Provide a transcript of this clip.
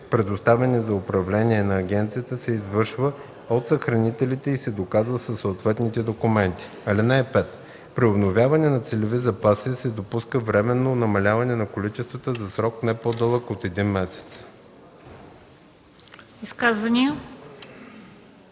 предоставени за управление на агенцията, се извършва от съхранителите и се доказва със съответните документи. (5) При обновяване на целеви запаси се допуска временно намаление на количествата за срок не по-дълъг от един месец.”